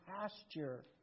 pasture